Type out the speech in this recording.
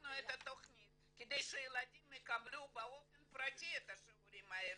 ופתחנו את התכנית כדי שהילדים יקבלו באופן פרטי את השיעורים האלה,